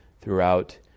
throughout